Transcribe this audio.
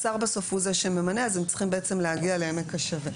אז הם צריכים בעצם להגיע לעמק השווה